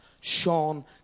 Sean